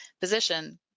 position